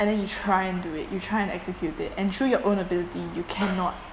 and then you try and do it you try and execute it and through your own ability you cannot